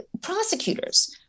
prosecutors